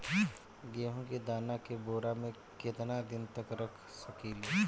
गेहूं के दाना के बोरा में केतना दिन तक रख सकिले?